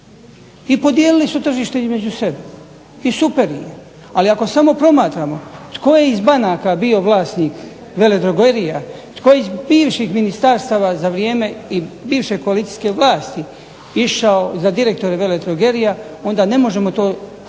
I podijelili su tržište između sebe. I super im je. Ali ako samo promatramo tko je iz banaka bio vlasnik veledrogerija, tko je iz bivših ministarstava za vrijeme i bivše koalicijske vlasti išao za direktore veledrogerija, onda ne možemo to sada